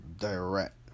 direct